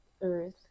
earth